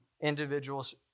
individuals